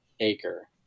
acre